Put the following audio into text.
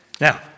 Now